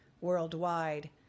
worldwide